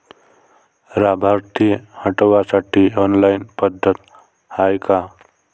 लाभार्थी हटवासाठी ऑनलाईन पद्धत हाय का?